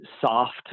soft